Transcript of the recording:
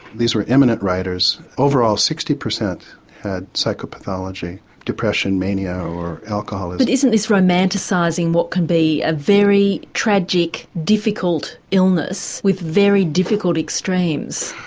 these were eminent writers, overall sixty percent had psycho pathology depression, mania or alcoholism. isn't this romanticising what can be a very tragic difficult illness with very difficult extremes?